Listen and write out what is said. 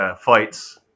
fights